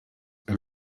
and